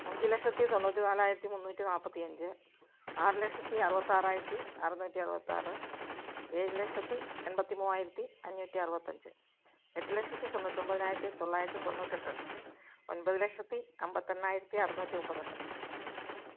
അഞ്ച് ലക്ഷത്തി തൊണ്ണൂറ്റിനാലായിരത്തി മുന്നൂറ്റി നാൽപ്പത്തി അഞ്ച് ആറ് ലക്ഷത്തി അറുപത്താറായിരത്തി അറുന്നൂറ്റി അറുപത്താറ് ഏഴ് ലക്ഷത്തി എൺപത്തി മൂവായിരത്തി അഞ്ഞൂറ്റി ആറുപത്തഞ്ച് എട്ട് ലക്ഷത്തി തൊണ്ണൂറ്റൊൻപതിനായിരത്തി തൊള്ളായിരത്തി തൊണ്ണൂറ്റെട്ട് ഒൻപത് ലക്ഷത്തി അൻപത്തെണ്ണായിരത്തി അറുന്നൂറ്റി മുപ്പത്തെട്ട്